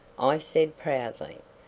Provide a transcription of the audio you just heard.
i said proudly.